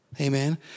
Amen